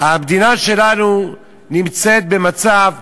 המדינה שלנו נמצאת במצב,